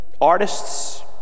artists